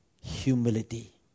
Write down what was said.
humility